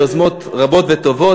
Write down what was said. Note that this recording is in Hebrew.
יוזמות רבות וטובות.